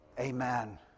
Amen